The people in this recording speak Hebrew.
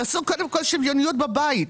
תעשו קודם כל שוויוניות בבית.